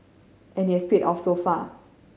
and its paid off so far